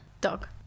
Dog